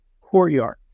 courtyard